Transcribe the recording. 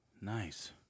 Nice